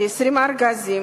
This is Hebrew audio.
כ-20 ארגזים,